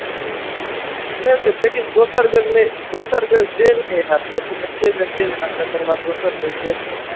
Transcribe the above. हूँ नहि तऽ लेकिन दोसर बेर नहि दोसर बेर दिन नहि होयत लेकिन एकै बेर दिन होयत तकर बाद दोसर बेर दिन नहि होयत